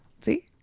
See